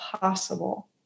possible